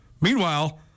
Meanwhile